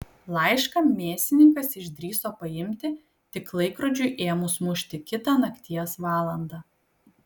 laišką mėsininkas išdrįso paimti tik laikrodžiui ėmus mušti kitą nakties valandą